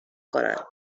کنند